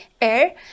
air